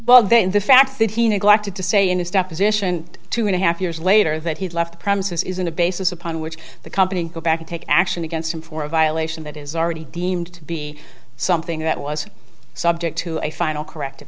then the fact that he neglected to say in his deposition two and a half years later that he left the premises isn't a basis upon which the company go back and take action against him for a violation that is already deemed to be something that was subject to a final corrective